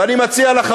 ואני מציע לך,